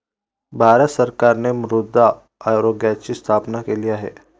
भारत सरकारने मृदा आरोग्याची स्थापना केली आहे